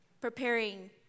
preparing